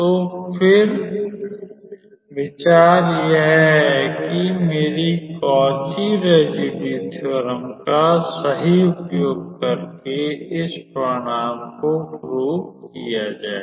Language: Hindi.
तो फिर विचार यह है कि मेरी Cauchy residue theorem residue theorem का सही उपयोग करके इस परिणाम को प्रूव किया जाए